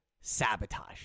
sabotage